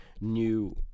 new